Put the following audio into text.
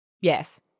Yes